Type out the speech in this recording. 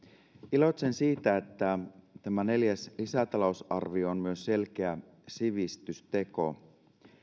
iloitsen siitä että tämä neljäs lisätalousarvio on myös selkeä sivistysteko